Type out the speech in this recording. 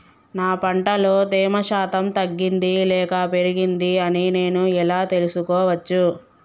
నా పంట లో తేమ శాతం తగ్గింది లేక పెరిగింది అని నేను ఎలా తెలుసుకోవచ్చు?